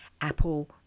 Apple